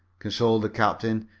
consoled the captain.